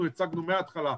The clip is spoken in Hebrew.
אנחנו הצגנו מהתחלה,